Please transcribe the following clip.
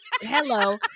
Hello